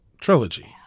trilogy